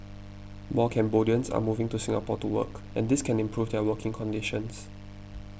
more Cambodians are moving to Singapore to work and this can improve their working conditions